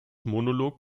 monolog